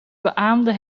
beaamde